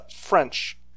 French